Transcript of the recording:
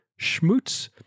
Schmutz